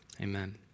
Amen